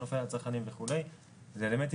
שבאירוע הזה 300 מיליון שהוקצו וההחלטה היתה להקצות